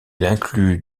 inclut